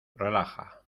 relaja